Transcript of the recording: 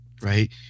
right